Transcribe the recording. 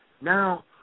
now